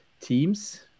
teams